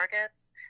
markets